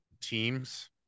teams